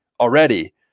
already